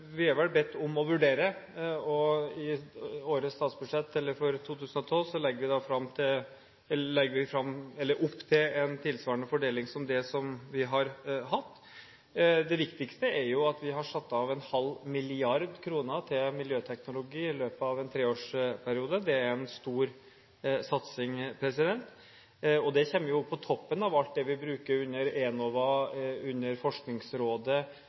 Vi er vel bedt om å «vurdere», og i statsbudsjettet for 2012 legger vi opp til en tilsvarende fordeling som det vi har hatt. Det viktigste er at vi har satt av 0,5 mrd. kr til miljøteknologi i løpet av en treårsperiode. Det er en stor satsing. Det kommer på toppen av alt det vi bruker under Enova, under Forskningsrådet,